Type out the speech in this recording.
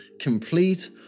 complete